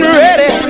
ready